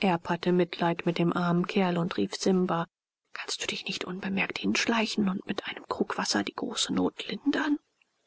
erb hatte mitleid mit dem armen kerl und rief simba kannst du dich unbemerkt hinschleichen und mit einem krug wasser die große not lindern